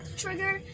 trigger